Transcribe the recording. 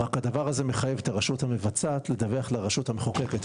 אבל הדבר הזה מחייב את הרשות המבצעת לדווח לרשות המחוקקת,